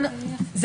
בתפיסה,